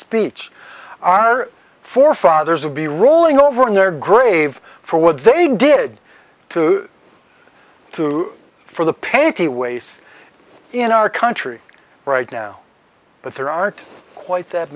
speech our forefathers of be rolling over in their grave for what they did to two for the peggy weighs in our country right now but there aren't quite that